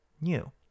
new